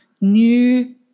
new